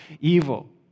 evil